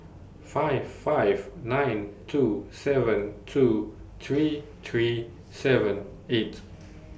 five five nine two seven two three three seven eight